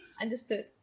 understood